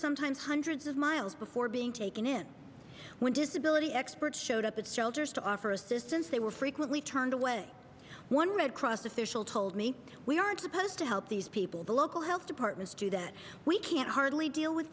sometimes hundreds of miles before being taken in when disability experts showed up its shoulders to offer assistance they were frequently turned away one red cross official told me we are supposed to help these people the local health departments do that we can hardly deal with